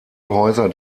häuser